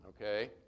Okay